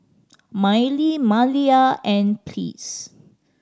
Mylie Maliyah and Pleas